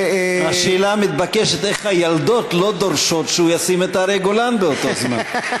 השאלה המתבקשת: איך הילדות לא דורשות שהוא ישים את אריה גולן באותו זמן?